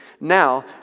Now